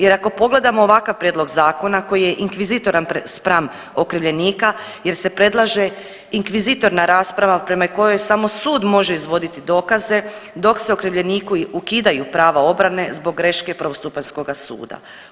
Jer ako pogledamo ovakav prijedlog zakona koji je inkvizitoran spram okrivljenika, jer se predlaže inkvizitorna rasprava prema kojoj samo sud može izvoditi dokaze dok se okrivljeniku ukidaju prava obrane zbog greške prvostupanjskoga suda.